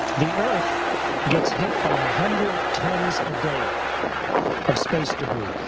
the earth gets hit by a hundred tonnes a day of space debris.